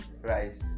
rice